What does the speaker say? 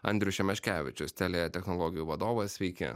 andrius šemeškevičius telia technologijų vadovas sveiki